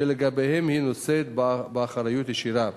שלגביהם היא נושאת באחריות ישירה".